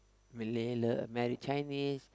Malay l~ married Chinese